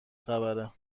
خبره